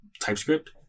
TypeScript